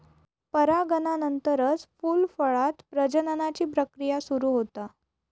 परागनानंतरच फूल, फळांत प्रजननाची प्रक्रिया सुरू होता